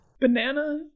Banana